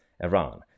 iran